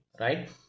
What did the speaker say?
right